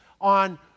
on